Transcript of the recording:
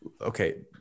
okay